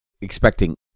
expecting